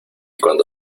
cuando